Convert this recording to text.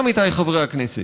עמיתיי חברי הכנסת,